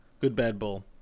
goodbadbull